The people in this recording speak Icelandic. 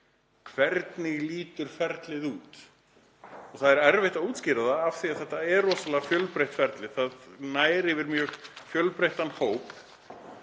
hvernig ferlið lítur út. Það er erfitt að útskýra það af því að þetta er rosalega fjölbreytt ferli og nær yfir mjög fjölbreyttan hóp.